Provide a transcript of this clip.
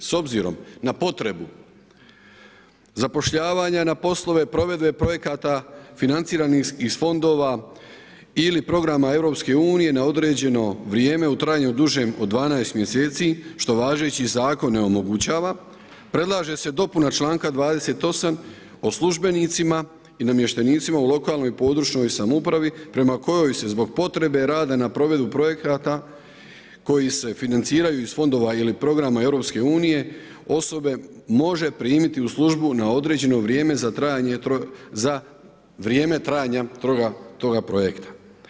S obzirom na potrebu zapošljavanja na poslove provedbe projekata financiranih iz fondova ili programa EU na određeno vrijeme u trajanju dužem od 12 mjeseci što važeći zakon ne omogućava predlaže se dopuna članka 28. o službenicima i namještenicima u lokalnoj i područnoj samoupravi prema kojoj se zbog potrebe rada na provedbi projekata koji se financiraju iz fondova ili programa EU osobe može primiti u službu na određeno vrijeme za trajanje, za vrijeme trajanja toga projekta.